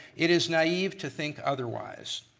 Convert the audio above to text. it is naive to think otherwise.